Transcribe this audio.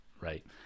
right